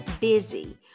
busy